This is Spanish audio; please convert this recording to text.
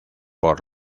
por